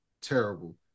terrible